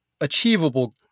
achievable